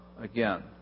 again